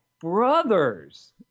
brothers